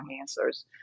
answers